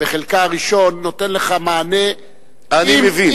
בחלקה הראשון, נותנת לך מענה, אני מבין.